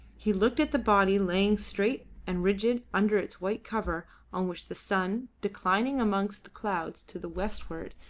he looked at the body laying straight and rigid under its white cover on which the sun, declining amongst the clouds to the westward,